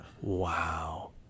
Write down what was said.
wow